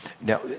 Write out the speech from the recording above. Now